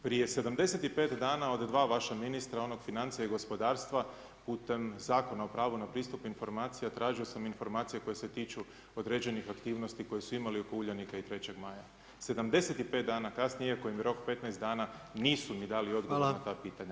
Prije 75 dana od dva vaša ministra onog financija i gospodarstva putem Zakona o pravu na pristup informacija tražio sam informacije koje se tiču određenih aktivnosti koje su imali oko Uljanika i 3. Maja, 75 dana kasnije iako im je rok 15 dana nisu mi dali odgovor na ta pitanja.